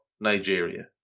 Nigeria